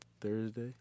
Thursday